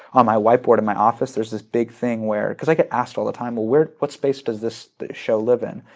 on my whiteboard in my office, there's this big thing where because i get asked all the time, ah what space does this show live in?